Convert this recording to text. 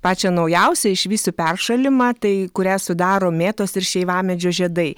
pačią naujausią išvysiu peršalimą tai kurią sudaro mėtos ir šeivamedžio žiedai